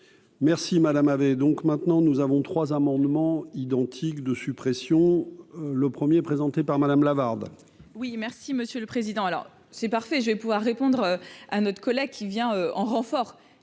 Merci madame avait donc maintenant nous avons 3 amendements identiques de suppression, le 1er présentée par Madame Lavarde. Oui, merci Monsieur le Président, alors c'est parfait, je vais pouvoir répondre à notre collègue qui vient en renfort